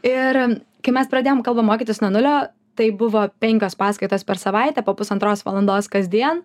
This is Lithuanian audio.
ir kai mes pradėjom kalbą mokytis nuo nulio tai buvo penkios paskaitos per savaitę po pusantros valandos kasdien